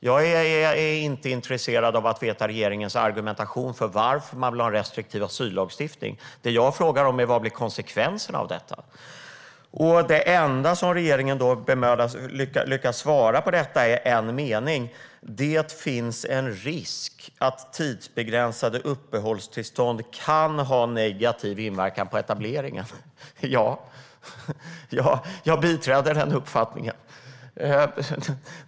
Jag är inte intresserad av att veta regeringens argumentation för varför man vill ha en restriktiv asyllagstiftning. Det jag frågar om är vad konsekvenserna av detta blir. Det enda som regeringen lyckas svara på detta, med en enda mening, är: "Det finns en risk för att tidsbegränsade uppehållstillstånd kan ha negativ inverkan på etableringen." Ja, jag biträder den uppfattningen.